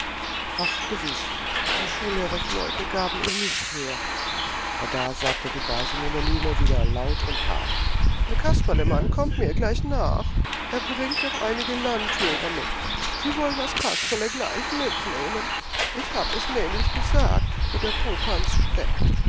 ach gewiß die schullehrersleute gaben ihn nicht her aber da sagte die base mummeline wieder laut und hart der kasperlemann kommt mir gleich nach er bringt noch einige landjäger mit sie wollen das kasperle gleich mitnehmen ich hab es nämlich gesagt wo der popanz steckt